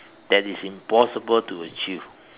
that is impossible to achieve